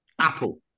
Apple